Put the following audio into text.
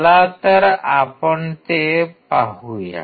चला तर आपण ते पाहूया